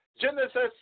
Genesis